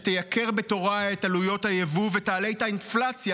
שתייקר בתורה את עלויות היבוא ותעלה את האינפלציה,